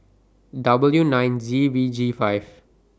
W nine Z V G five